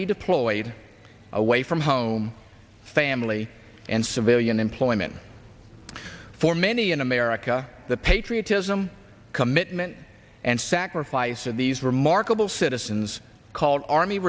be deployed away from home family and civilian employment for many in america the patriotism commitment and sacrifice of these remarkable citizens called army